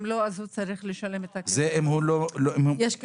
אחרת הוא צריך לשלם את הכסף.